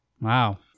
Wow